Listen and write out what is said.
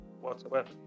whatsoever